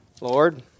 Lord